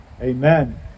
amen